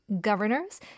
governors